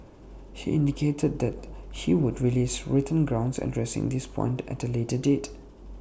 he indicated that he would release written grounds addressing this point at A later date